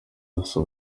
maso